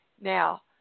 Now